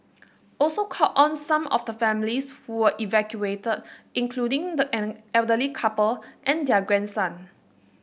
also called on some of the families who were evacuated including an elderly couple and their grandson